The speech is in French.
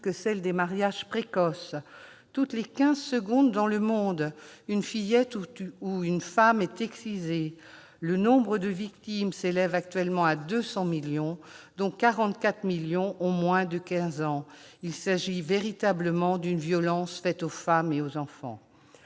que celles des mariages précoces. Toutes les quinze secondes dans le monde, une fillette ou une femme est excisée. Le nombre de victimes s'élève actuellement à 200 millions, dont 44 millions ont moins de 15 ans. Il s'agit donc véritablement d'une violence faite aux femmes et aux enfants.